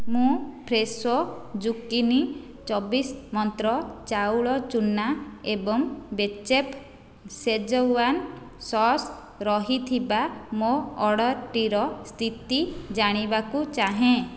ମୁଁ Fresho zucchini ଚବିଶ ମନ୍ତ୍ର ଚାଉଳ ଚୂନା ଏବଂ ବେଚେଫ୍ ଶେଜୱାନ୍ ସସ୍ ରହିଥିବା ମୋ' ଅର୍ଡ଼ରଟିର ସ୍ଥିତି ଜାଣିବାକୁ ଚାହେଁ